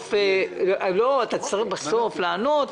בסוף לענות.